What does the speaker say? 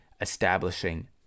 establishing